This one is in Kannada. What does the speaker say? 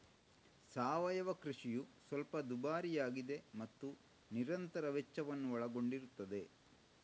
ಸಾವಯವ ಕೃಷಿಯು ಸ್ವಲ್ಪ ದುಬಾರಿಯಾಗಿದೆ ಮತ್ತು ನಿರಂತರ ವೆಚ್ಚವನ್ನು ಒಳಗೊಂಡಿರುತ್ತದೆ